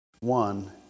one